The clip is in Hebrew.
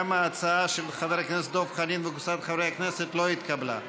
גם ההצעה של חבר הכנסת דב חנין וקבוצת חברי הכנסת לא התקבלה.